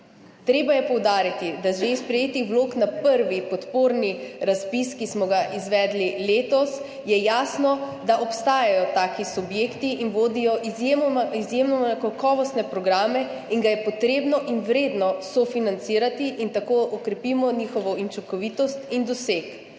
Treba je poudariti, da je že iz sprejetih vlog na prvi podporni razpis, ki smo ga izvedli letos, jasno, da obstajajo taki subjekti in vodijo izjemoma, izjemno kakovostne programe in ga je potrebno in vredno sofinancirati in tako okrepimo njihovo učinkovitost in doseg.